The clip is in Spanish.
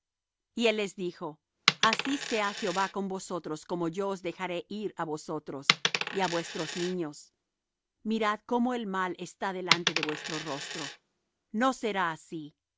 y él les dijo así sea jehová con vosotros como yo os dejaré ir á vosotros y á vuestros niños mirad como el mal está delante de vuestro rostro no será así